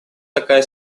такая